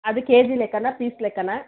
ಅದು ಕೆಜಿ ಲೆಕ್ಕನಾ ಪೀಸ್ ಲೆಕ್ಕನಾ